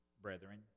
brethren